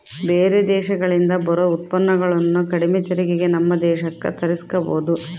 ಬೇರೆ ದೇಶಗಳಿಂದ ಬರೊ ಉತ್ಪನ್ನಗುಳನ್ನ ಕಡಿಮೆ ತೆರಿಗೆಗೆ ನಮ್ಮ ದೇಶಕ್ಕ ತರ್ಸಿಕಬೊದು